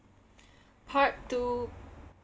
part two